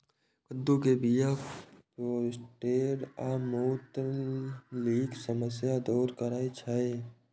कद्दू के बीया प्रोस्टेट आ मूत्रनलीक समस्या दूर करै छै